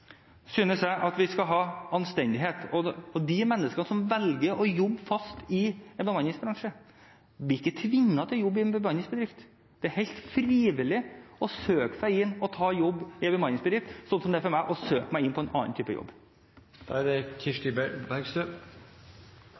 synes jeg, at vi skal ha anstendighet, og de menneskene som velger å jobbe fast i bemanningsbransjen, er ikke tvunget til å jobbe i en bemanningsbedrift. Det er helt frivillig å søke seg inn og ta jobb i en bemanningsbedrift, men også å søke seg til en annen type jobb.